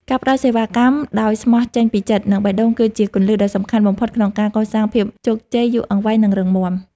ការផ្ដល់សេវាកម្មដោយស្មោះចេញពីចិត្ត និងបេះដូង គឺជាគន្លឹះដ៏សំខាន់បំផុតក្នុងការកសាងភាពជោគជ័យយូរអង្វែង និងរឹងមាំ។